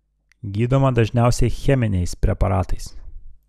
gydoma dažniausiai cheminiais preparatais